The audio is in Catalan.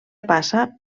passa